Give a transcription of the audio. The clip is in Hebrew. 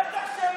בטח שהם,